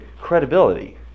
Credibility